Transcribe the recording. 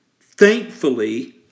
Thankfully